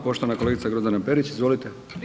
Poštovana kolegica Grozdana Perić, izvolite.